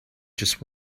just